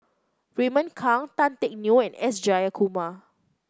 Raymond Kang Tan Teck Neo and S Jayakumar